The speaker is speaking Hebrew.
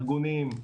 ארגונים,